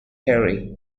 perry